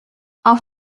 auch